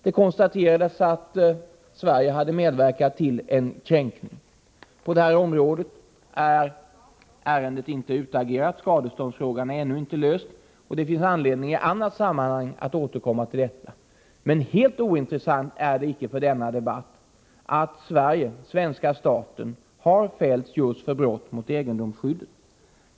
Det konstaterades att Sverige hade medverkat till en kränkning. På detta område är ärendet inte utagerat. Skadeståndsfrågan är ännu inte löst, och det finns anledning att i annat sammanhang återkomma till detta. Helt ointressant är det inte för denna debatt att svenska staten har fällts just mot brott mot egendomsskyddet.